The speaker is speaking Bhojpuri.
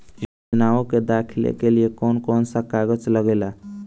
योजनाओ के दाखिले के लिए कौउन कौउन सा कागज लगेला?